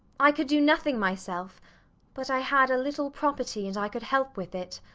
i could do nothing myself but i had a little property and i could help with it.